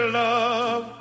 love